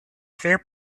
that